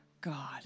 God